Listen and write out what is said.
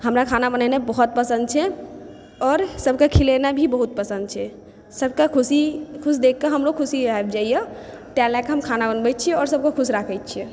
हमरा खाना बनेनाइ बहुत पसन्द छै आओर सभकेँ खिलेनाइ भी बहुत पसन्द छै सबके खुशी सबके खुश देखिकऽ हमरो खुशी आबि जाइया तैँ लऽ कऽ हम खाना बनबै छी आओर सबके खुश राखै छी